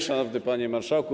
Szanowny Panie Marszałku!